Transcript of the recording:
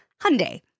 Hyundai